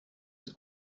ist